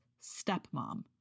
stepmom